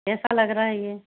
कैसा लग रहा है ये